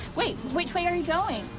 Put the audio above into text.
wait. which way are you going?